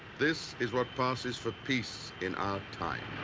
this is what passes for peace in our time.